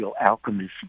alchemist